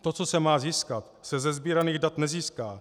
To, co se má získat, se ze sbíraných dat nezíská.